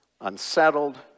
unsettled